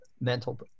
mental